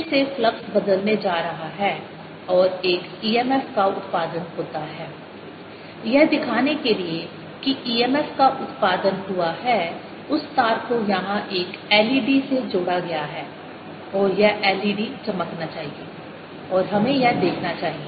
फिर से फ्लक्स बदलने जा रहा है और एक emf का उत्पादन होता है यह दिखाने के लिए कि emf का उत्पादन हुआ है उस तार को यहां एक led से जोड़ा गया है और यह led चमकना चाहिए और हमें यह देखना चाहिए